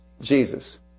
Jesus